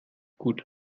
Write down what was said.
gut